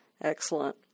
Excellent